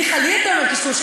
ניחא לי אתה אומר "קשקוש",